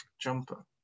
jumper